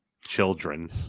children